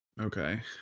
Okay